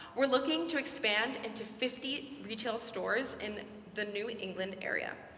we're looking to expand into fifty retail stores in the new england area,